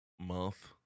month